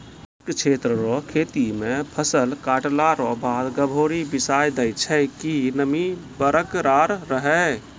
शुष्क क्षेत्र रो खेती मे फसल काटला रो बाद गभोरी बिसाय दैय छै कि नमी बरकरार रहै